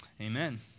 Amen